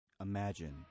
Imagine